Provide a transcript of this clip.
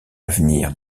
avenir